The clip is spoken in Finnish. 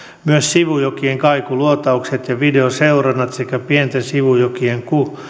myös sivujokien kaikuluotaukset ja videoseurannat sekä pienten sivujokien